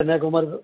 Kanyakumari